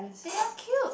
they are cute